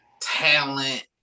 talent